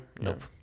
Nope